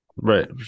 right